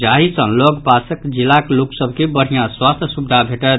जाहि सॅ लऽग पासक जिलाक लोक सभ के बढ़िया स्वास्थ्य सुविधा भेटत